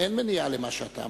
אין מניעה למה שאמרת.